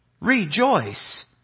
Rejoice